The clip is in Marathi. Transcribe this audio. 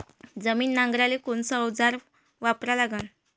जमीन नांगराले कोनचं अवजार वापरा लागन?